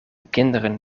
kinderen